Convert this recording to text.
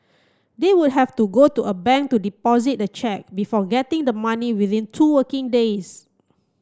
they would have to go to a bank to deposit the cheque before getting the money within two working days